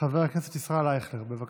חבר הכנסת ישראל אייכלר, בבקשה.